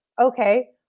okay